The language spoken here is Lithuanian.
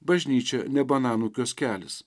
bažnyčia ne bananų kioskelis